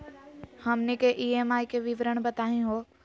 हमनी के ई.एम.आई के विवरण बताही हो?